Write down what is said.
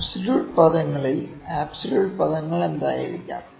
absolute പദങ്ങളിൽ absolute പദങ്ങൾ എന്തായിരിക്കാം